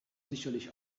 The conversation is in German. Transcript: sicherlich